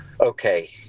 okay